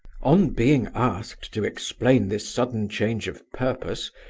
on being asked to explain this sudden change of purpose,